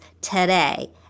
today